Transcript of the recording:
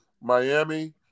Miami